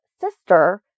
sister